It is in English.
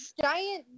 giant